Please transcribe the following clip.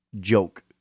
joke